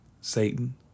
Satan